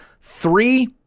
Three